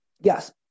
yes